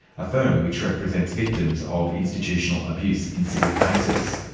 a firm which represents victims of institutional abuse in civil cases.